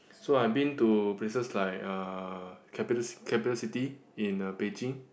so I've been to places like uh capi~ capital city in uh Beijing